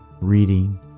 reading